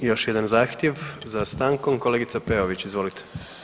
I još jedan zahtjev za stankom, kolegica Peović izvolite.